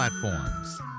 platforms